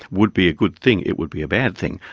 would be a good thing it would be a bad thing.